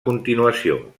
continuació